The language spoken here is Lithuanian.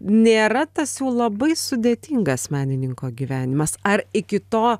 nėra tas jau labai sudėtingas menininko gyvenimas ar iki to